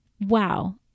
Wow